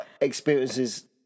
experiences